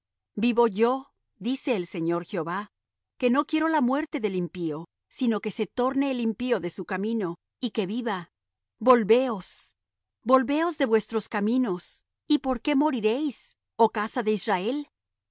vivo yo dice el señor jehová que no quiero la muerte del impío sino que se torne el impío de su camino y que viva volveos volveos de vuestros caminos y por qué moriréis oh casa de israel